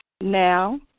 Now